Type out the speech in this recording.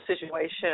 situation